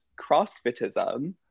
crossfitism